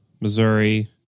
Missouri